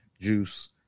juice